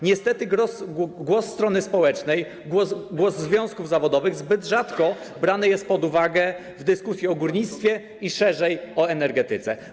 Niestety głos strony społecznej, głos związków zawodowych zbyt rzadko brany jest pod uwagę w dyskusji o górnictwie i szerzej o energetyce.